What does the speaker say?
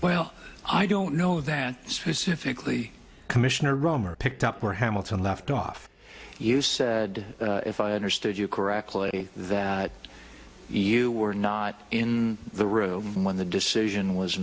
well i don't know that specifically commissioner roemer picked up where hamilton left off you said if i understood you correctly that you were not in the room when the decision was